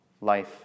Life